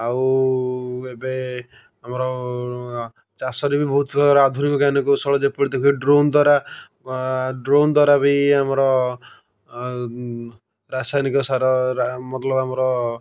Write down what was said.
ଆଉ ଏବେ ଆମର ଚାଷରେ ବି ବହୁତ ପ୍ରକାର ଆଧୁନିକ ଜ୍ଞାନ କୌଶଳ ଯେପରି ଦେଖିବେ ଡ୍ରୋନ୍ ଦ୍ୱାରା ଡ୍ରୋନ୍ ଦ୍ୱାରା ବି ଆମର ରାସାୟନିକ ସାର ରା ମତଲବ୍ ଆମର